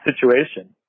situation